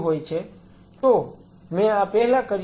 તો મેં આ પહેલા કર્યું છે